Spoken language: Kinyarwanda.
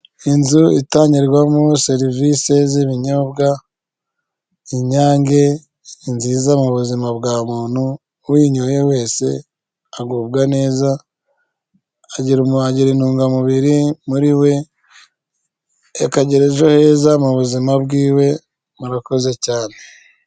Inzu itangirwamo serivise z'ibinyobwa inyange ni nziza m'ubuzima bwa muntu uyinyoye wese agubwa neza, agira intungamubiri muri we, akagera ejo heza mu buzima bw'iwe, murakoze cyane.